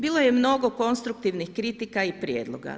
Bilo je mnogo konstruktivnih kritika i prijedloga.